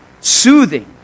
soothing